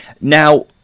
Now